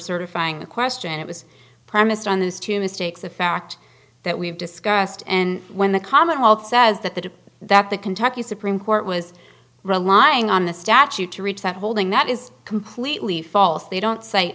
certifying the question it was premised on those two mistakes the fact that we've discussed and when the commonwealth says that the that the kentucky supreme court was relying on the statute to reach that holding that is completely false they don't